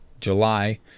July